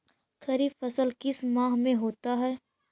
खरिफ फसल किस माह में होता है?